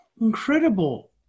Incredible